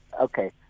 Okay